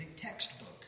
textbook